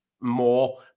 more